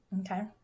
Okay